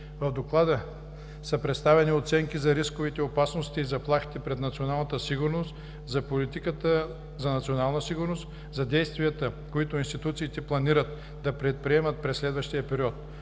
В Доклада са представени оценки за рисковете, опасностите и заплахите пред националната сигурност, за политиката за национална сигурност, за действията, които институциите планират да предприемат през следващия период.